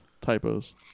typos